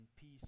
peace